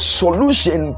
solution